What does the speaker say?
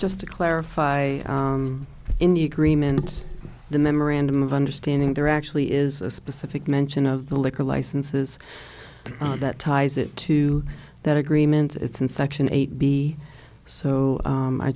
just to clarify in the agreement the memorandum of understanding there actually is a specific mention of the liquor licenses that ties it to that agreement it's in section eight b so